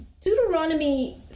Deuteronomy